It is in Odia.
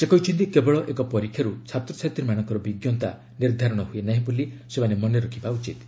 ସେ କହିଛନ୍ତି କେବଳ ଏକ ପରୀକ୍ଷାରୁ ଛାତ୍ରଛାତ୍ରୀମାନଙ୍କର ବିଜ୍ଞତା ନିର୍ଦ୍ଧାରଣ ହୁଏ ନାହିଁ ବୋଲି ସେମାନେ ମନେରଖିବା ଉଚିତ୍